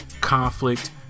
conflict